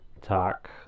talk